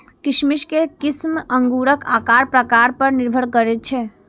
किशमिश के किस्म अंगूरक आकार प्रकार पर निर्भर करै छै